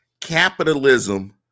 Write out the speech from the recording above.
capitalism